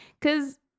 Cause